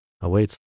awaits